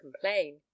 complain